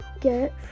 get